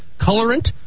colorant